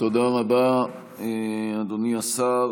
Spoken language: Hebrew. תודה רבה, אדוני השר.